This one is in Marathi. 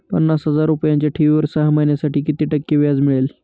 पन्नास हजार रुपयांच्या ठेवीवर सहा महिन्यांसाठी किती टक्के व्याज मिळेल?